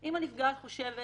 אם הנפגעת חושבת